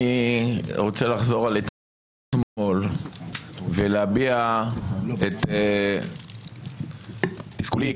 אני רוצה לחזור על אתמול ולהביע את תסכולי,